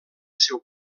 seu